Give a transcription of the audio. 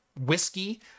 whiskey